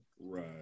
Right